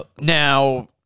Now